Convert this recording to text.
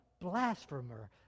blasphemer